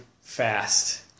fast